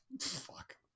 Fuck